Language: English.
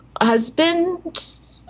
husband